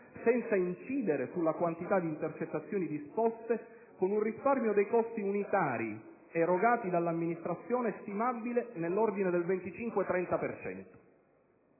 senza incidere sulla quantità di intercettazioni disposte, con un risparmio dei costi unitari erogati dall'amministrazione stimabile nell'ordine del 25-30